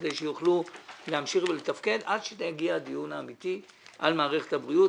כדי שיוכלו להמשיך ולתפקד עד שיגיע הדיון האמיתי על מערכת הבריאות.